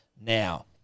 Now